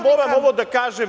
Moram ovo da kažem.